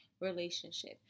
relationship